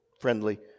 friendly